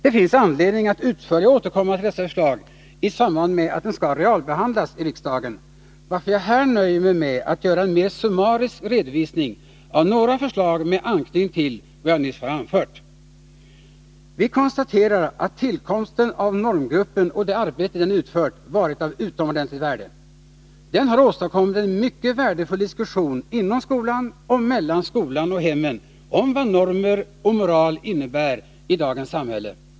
Det finns anledning att utförligare återkomma till dessa förslag i samband med att de skall realbehandlas i riksdagen, varför jag här nöjer mig med att göra en mer summarisk redovisning av några förslag med anknytning till vad jag nyss anfört. Vi konstaterar att tillkomsten av normgruppen och det arbete den utfört varit av utomordentligt värde. Den har åstadkommit en mycket värdefull diskussion inom skolan och mellan skolan och hemmen om vad normer och moral innebär i dagens samhälle.